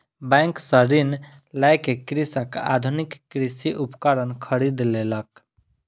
bank सॅ ऋण लय के कृषक आधुनिक कृषि उपकरण खरीद लेलक